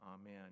Amen